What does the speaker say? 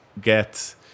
get